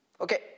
okay